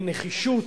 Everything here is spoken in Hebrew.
בנחישות,